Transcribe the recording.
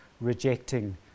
rejecting